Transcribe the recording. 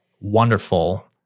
wonderful